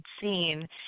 seen